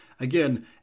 Again